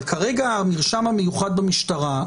אבל כרגע המרשם המיוחד במשטרה,